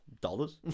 dollars